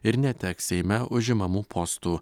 ir neteks seime užimamų postų